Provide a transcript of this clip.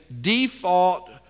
default